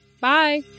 Bye